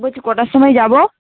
বলছি কটার সময় যাবো